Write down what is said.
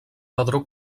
pedró